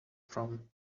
from